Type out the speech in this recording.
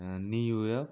New York